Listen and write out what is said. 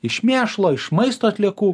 iš mėšlo iš maisto atliekų